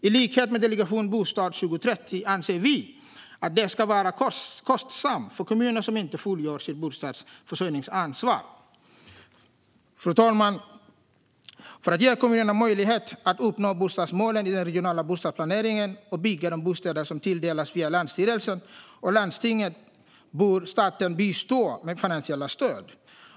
I likhet med Delegation Bostad 2030 anser vi att det ska vara kostsamt för kommuner som inte fullgör sitt bostadsförsörjningsansvar. Fru talman! För att ge kommunerna möjlighet att uppnå bostadsmålen i den regionala bostadsplaneringen och bygga de bostäder som de tilldelats via länsstyrelsen och landstinget bör staten bistå med finansiellt stöd.